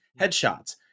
headshots